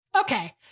Okay